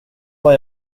vad